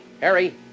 Harry